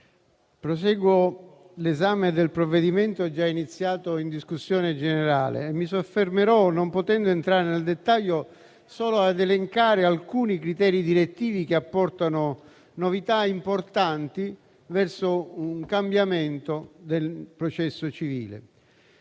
proseguo l'esame del provvedimento già iniziato in discussione generale. Non potendo entrare nel dettaglio, mi limiterò ad elencare alcuni criteri direttivi che apportano novità importanti verso un cambiamento del processo civile.